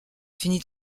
fini